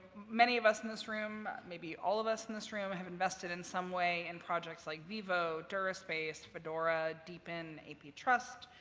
many of us in this room, maybe all of us in this room, have invested in some way in projects like vivo, duraspace, fedora, dpn, aptrust,